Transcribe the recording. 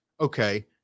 okay